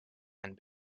and